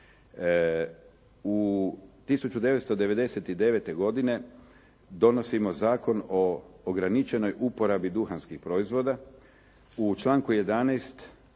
U 1999. godini donosimo Zakon o ograničenoj uporabi duhanskih proizvoda. U članku 11.